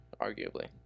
arguably